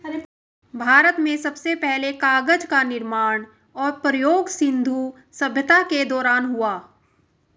भारत में सबसे पहले कागज़ का निर्माण और प्रयोग सिन्धु सभ्यता के दौरान हुआ